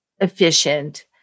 efficient